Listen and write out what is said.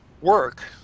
work